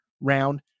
round